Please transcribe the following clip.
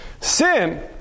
Sin